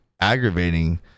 aggravating